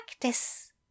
practice